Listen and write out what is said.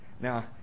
Now